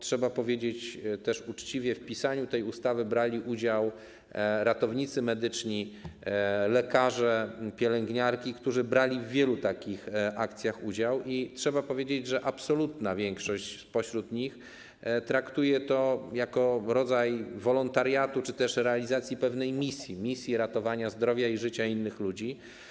Trzeba powiedzieć uczciwie, że w pisaniu ustawy brali udział ratownicy medyczni, lekarze, pielęgniarki, którzy brali udział w wielu takich akcjach, i trzeba powiedzieć, że absolutna większość spośród nich traktuje to jako rodzaj wolontariatu czy też realizacji pewnej misji - ratowania zdrowia i życia innych ludzi.